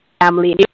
family